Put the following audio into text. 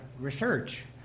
research